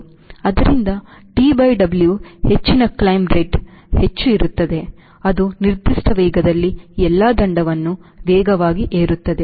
ಆದ್ದರಿಂದ T W ಹೆಚ್ಚಿನ Climbrate ಹೆಚ್ಚು ಇರುತ್ತದೆ ಅದು ನಿರ್ದಿಷ್ಟ ವೇಗದಲ್ಲಿ ಎಲ್ಲಾ ದಂಡವನ್ನು ವೇಗವಾಗಿ ಏರುತ್ತದೆ